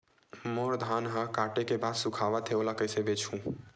मोर धान ह काटे के बाद सुखावत हे ओला कइसे बेचहु?